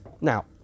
Now